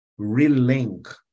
relink